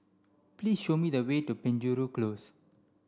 please show me the way to Penjuru Close